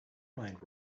mind